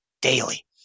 daily